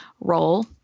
role